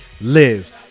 Live